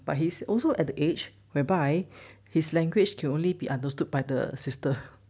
but he's also at the edge whereby his language can only be understood by the sister